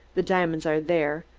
the diamonds are there,